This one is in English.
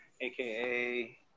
aka